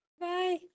Bye